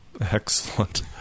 Excellent